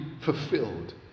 fulfilled